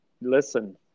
Listen